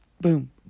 boom